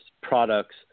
products